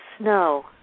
Snow